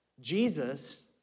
Jesus